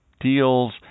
deals